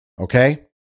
Okay